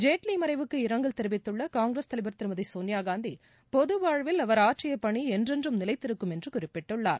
ஜேட்லி மறைவுக்கு இரங்கல் தெரிவித்துள்ள காங்கிரஸ் தலைவா் திருமதி சோனியாகாந்தி பொதுவாழ்வில் அவர் ஆற்றிய பணி என்றென்றும் நிலைத்திருக்கும் என்று குறிப்பிட்டுள்ளார்